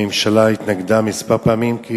הממשלה התנגדה כמה פעמים.